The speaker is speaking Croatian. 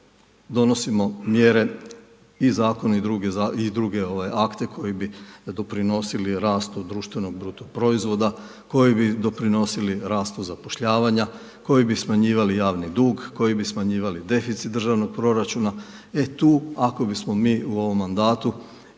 donosimo mjere i zakone i druge akte koji bi doprinosili rastu društvenog bruto proizvoda, koji bi doprinosili rastu zapošljavanja, koji bi smanjivali javni dug, koji bi smanjivali deficit državnog proračuna. E tu ako bismo mi u ovom mandatu